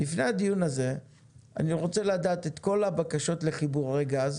לפני הדיון הזה אני רוצה לדעת את כל הבקשות לחיבורי גז